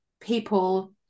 people